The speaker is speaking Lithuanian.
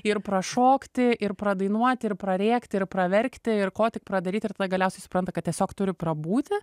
ir prašokti ir pradainuoti ir prarėkti ir praverkti ir ko tik pradaryti ir tada galiausiai supranta kad tiesiog turi prabūti